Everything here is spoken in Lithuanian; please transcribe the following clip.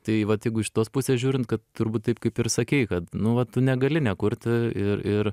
tai vat jeigu iš tos pusės žiūrint kad turbūt taip kaip ir sakei kad nu va tu negali nekurti ir ir